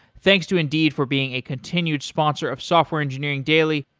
thanks to indeed for being a continued sponsor of software engineering daily.